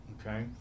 okay